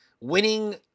winning